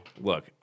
Look